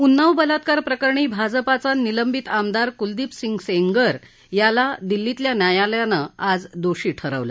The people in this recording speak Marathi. उन्नाव बलात्कार प्रकरणी भाजपाचा निलंबित आमदार कुलदीप सिंग सेंगर याला दिल्लीतल्या न्यायालयानं आज दोषी ठरवलं